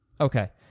Okay